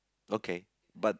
okay but